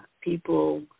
people